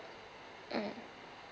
mm